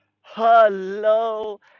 Hello